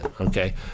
okay